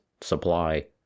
supply